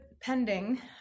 pending